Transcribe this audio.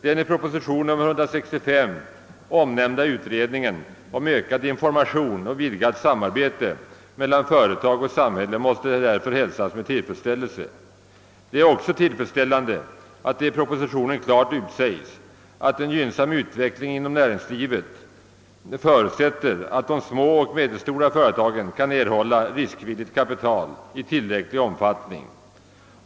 Den i proposition nr 165 omnämnda utredningen om ökad information och vidgat samarbete mellan företag och samhälle måste därför hälsas med tillfredsställelse. Det är också tillfredsställande att det i propositionen klart utsäges, att en gynnsam utveckling inom näringslivet förutsätter att de små och medelstora företagen kan erhålla riskvilligt kapital i tillräcklig omfattning.